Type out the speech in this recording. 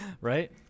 Right